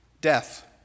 Death